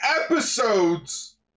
episodes